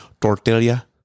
tortilla